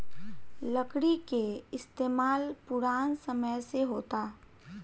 लकड़ी के इस्तमाल पुरान समय से होता